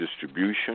distribution